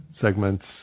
segments